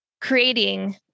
creating